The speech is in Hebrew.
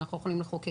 אנחנו יכולים לחוקק.